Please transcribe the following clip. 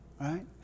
right